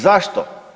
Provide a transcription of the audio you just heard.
Zašto?